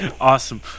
Awesome